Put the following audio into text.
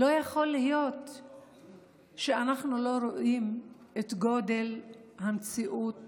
לא יכול להיות שאנחנו לא רואים את גודל המציאות